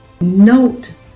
note